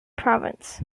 province